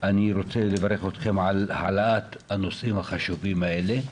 אני רוצה לברך אתכם על העלאת הנושאים החשובים האלה.